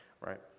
right